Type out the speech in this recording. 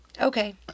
Okay